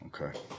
okay